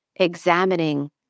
examining